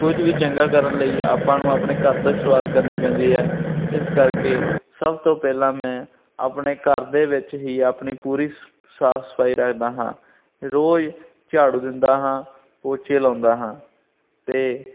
ਕੁਝ ਵੀ ਚੰਗਾ ਕਰਨ ਲਈ ਆਪਾਂ ਨੂੰ ਆਪਣੇ ਘਰ ਤੋਂ ਸ਼ੁਰੂਆਤ ਕਰਨੀ ਪੈਂਦੀ ਹੈ ਇਸ ਕਰਕੇ ਸਭ ਤੋਂ ਪਹਿਲਾਂ ਮੈਂ ਆਪਣੇ ਘਰ ਦੇ ਵਿੱਚ ਹੀ ਆਪਣੀ ਪੂਰੀ ਸਾਫ ਸਫਾਈ ਰੱਖਦਾ ਹਾਂ ਰੋਜ਼ ਝਾੜੂ ਦਿੰਦਾ ਹਾਂ ਪੋਚੇ ਲਾਉਂਦਾ ਹਾਂ ਅਤੇ